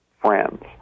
friends